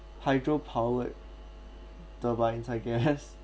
hydro powered turbines I guess